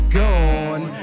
gone